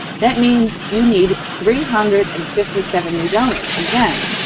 that means you need three hundred and fifty seven new donors. again,